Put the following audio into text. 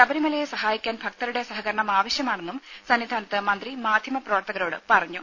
ശബരിമലയെ സഹായിക്കാൻ ഭക്തരുടെ സഹകരണം ആവശ്യമാണെന്നും സന്നിധാനത്ത് മന്ത്രി മാധ്യമ പ്രവർത്തകരോട് പറഞ്ഞു